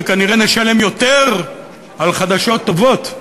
וכנראה נשלם יותר על חדשות טובות,